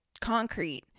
concrete